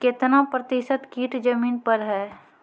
कितना प्रतिसत कीट जमीन पर हैं?